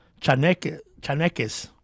chaneques